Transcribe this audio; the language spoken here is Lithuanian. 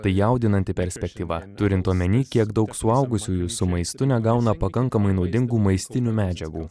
tai jaudinanti perspektyva turint omeny kiek daug suaugusiųjų su maistu negauna pakankamai naudingų maistinių medžiagų